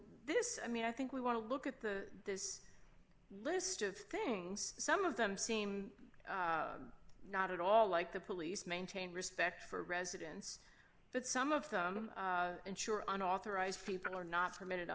this i mean i think we want to look at the this list of things some of them seem not at all like the police maintain respect for residents that some of them ensure unauthorized people are not permitted